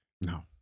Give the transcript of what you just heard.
No